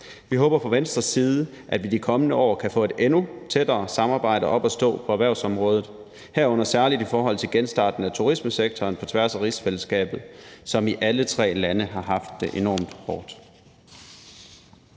Vi håber fra Venstres side, at vi i de kommende år kan få et endnu tættere samarbejde op at stå på erhvervsområdet, herunder særlig i forhold til genstarte turismesektoren på tværs af rigsfællesskabet, som i alle tre lande har haft det enormt hårdt.